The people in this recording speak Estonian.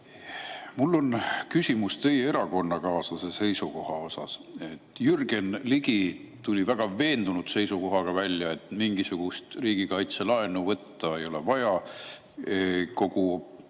Mul on küsimus teie erakonnakaaslase seisukoha kohta. Jürgen Ligi tuli välja väga veendunud seisukohaga, et mingisugust riigikaitselaenu võtta ei ole vaja, kogu